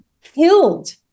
killed